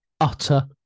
utter